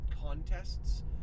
contests